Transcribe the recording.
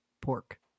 pork